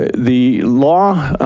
the law,